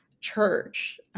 church